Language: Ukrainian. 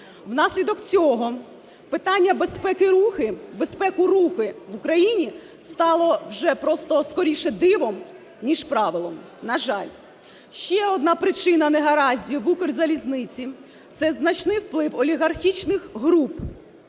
Внаслідок цього питання безпеки руху в Україні стало вже просто скоріше дивом, ніж правилом, на жаль. Ще одна причина негараздів в Укрзалізниці – це значний вплив олігархічних груп,